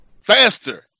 Faster